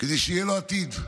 כדי שיהיה לו עתיד.